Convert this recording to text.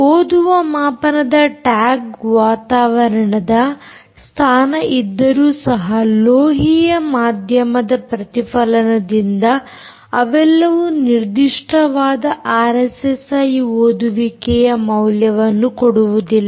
ಓದುವ ಮಾಪನದ ಟ್ಯಾಗ್ ವಾತಾವರಣದ ಸ್ಥಾನ ಇದ್ದರೂ ಸಹ ಲೋಹೀಯ ಮಾಧ್ಯಮದ ಪ್ರತಿಫಲನದಿಂದ ಅವೆಲ್ಲವೂ ನಿರ್ದಿಷ್ಟ ವಾದ ಆರ್ಎಸ್ಎಸ್ಐ ಓದುವಿಕೆಯ ಮೌಲ್ಯವನ್ನು ಕೊಡುವುದಿಲ್ಲ